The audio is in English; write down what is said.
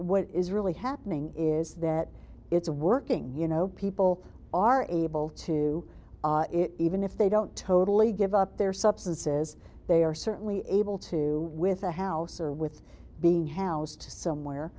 what is really happening is that it's a working you know people are able to even if they don't totally give up their substances they are certainly able to with the house or with being housed somewhere